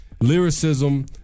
lyricism